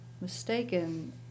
mistaken